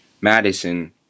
Madison